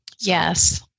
Yes